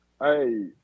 Hey